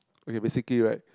okay basically right